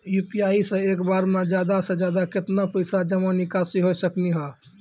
UPI से एक बार मे ज्यादा से ज्यादा केतना पैसा जमा निकासी हो सकनी हो?